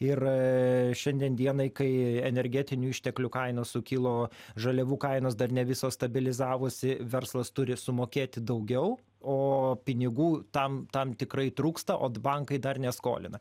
ir šiandien dienai kai energetinių išteklių kainos sukilo žaliavų kainos dar ne visos stabilizavosi verslas turi sumokėti daugiau o pinigų tam tam tikrai trūksta o bankai dar neskolina